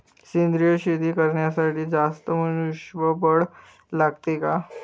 सेंद्रिय शेती करण्यासाठी जास्त मनुष्यबळ लागते का?